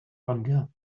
pangaea